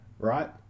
Right